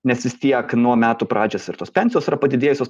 nes vis tiek nuo metų pradžios ir tos pensijos yra padidėjusios